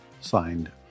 signed